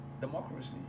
Democracy